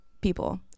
people